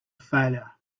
failure